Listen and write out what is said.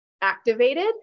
activated